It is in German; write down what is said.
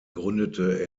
gründete